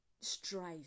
strive